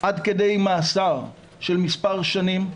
עד כדי מאסר של מספר שנים,